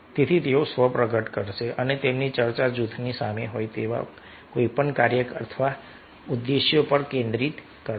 તેથી તેઓ સ્વ પ્રગટ કરશે અને તેમની ચર્ચા જૂથની સામે હોય તેવા કોઈપણ કાર્ય અથવા ઉદ્દેશ્યો પર કેન્દ્રિત કરશે